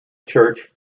church